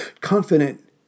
Confident